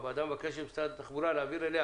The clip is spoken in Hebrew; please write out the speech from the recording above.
הוועדה מבקשת ממשרד התחבורה להעביר אליה